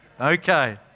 Okay